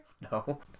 No